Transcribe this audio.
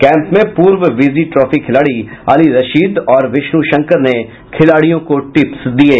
camp में पूर्व Vizzy trophy खिलाड़ी अली रशीद और विष्णु शंकर ने खिलाड़ियों को टिप्स दिये